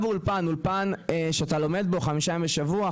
אולפן שאתה לומד בו חמישה ימים בשבוע,